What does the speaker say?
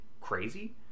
crazy